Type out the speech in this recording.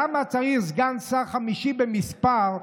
למה צריך סגן חמישי במספר,